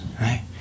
right